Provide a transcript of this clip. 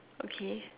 okay